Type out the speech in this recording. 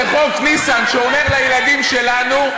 זה חוק, ניסן, שאומר לילדים שלנו: